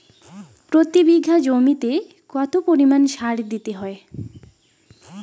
প্রতি বিঘা জমিতে কত পরিমাণ সার দিতে হয়?